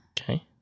Okay